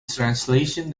translation